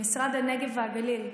למשרד הנגב והגליל.